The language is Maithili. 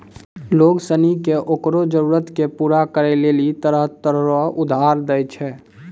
लोग सनी के ओकरो जरूरत के पूरा करै लेली तरह तरह रो उधार दै छै